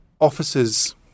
officers